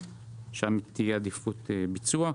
שם תהיה עדיפות ביצוע.